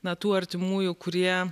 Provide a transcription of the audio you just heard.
na tų artimųjų kurie